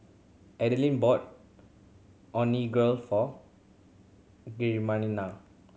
Alden bought Onigiri for Georgianna